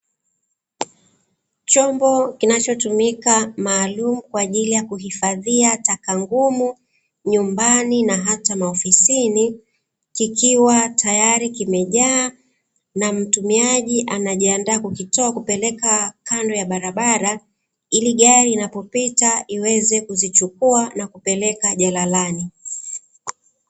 Chombo kinachotumika maalumu kwa ajili ya kuhifadhia taka ngumu nyumbani na hata maofisini, kikiwa tayari kimejaa. Na mtumiaji anajiandaa kukitoa kupeleka kando ya barabarani, ili gari inapopita iweze kuzichukua na kupeleka jalalani.